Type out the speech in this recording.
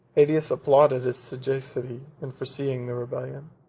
aetius applauded his sagacity in foreseeing the rebellion,